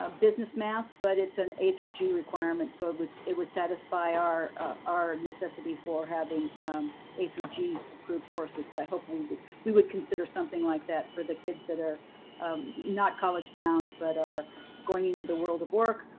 business math, but it's an a through g requirement. so it would it would satisfy our our necessity for having a through g approved courses. so i hope we we would consider something like that for the kids that are not college bound, but are going into the world of work,